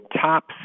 top